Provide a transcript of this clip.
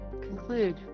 Conclude